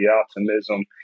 optimism